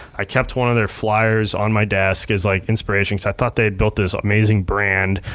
i kept one of their flyers on my desk as like inspiration cause i thought they'd built this amazing brand.